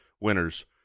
winners